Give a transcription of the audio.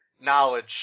knowledge